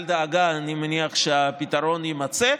אל דאגה, אני מניח שהפתרון יימצא.